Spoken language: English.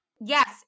Yes